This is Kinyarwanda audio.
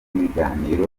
ibiganiro